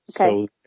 Okay